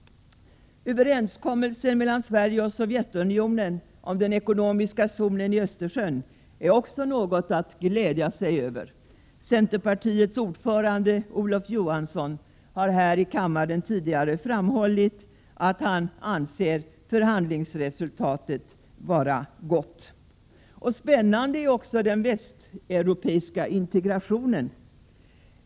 Överenskommelsen mellan Sverige och Sovjetunionen om den ekonomiska zonen i Östersjön är också något att glädja sig åt. Centerpartiets ordförande Olof Johansson har här i kammaren tidigare framhållit att han anser förhandlingsresultatet vara gott. Spännande är också den västeuropeiska integrationen.